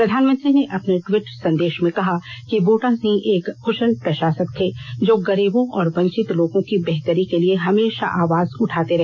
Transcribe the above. प्रधानमंत्री ने अपने ट्वीट संदेश में कहा कि बूटा सिंह एक कुशल प्रशासक थे जो गरीबों और वंचित लोगों की बेहतरी के लिए हमेशा आवाज उठाते रहे